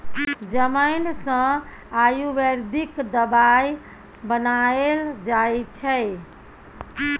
जमैन सँ आयुर्वेदिक दबाई बनाएल जाइ छै